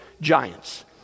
giants